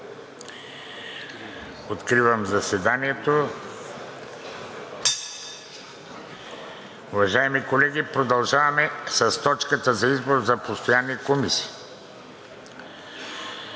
Откривам заседанието. (Звъни.) Уважаеми колеги, продължаваме с точката за избор на постоянни комисии.